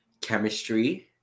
chemistry